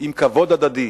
עם כבוד הדדי,